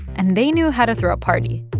and they knew how to throw a party